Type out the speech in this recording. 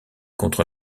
contre